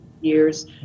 years